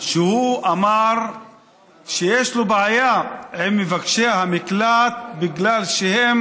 שאמר שיש לו בעיה עם מבקשי המקלט כי הם